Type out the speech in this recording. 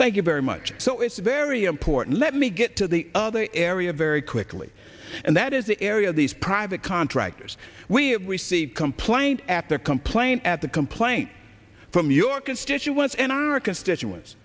thank you very much so it's very important let me get to the other area very quickly and that is the area of these private contractors we have received complaint after complaint at the complaint from your constituents and our constituents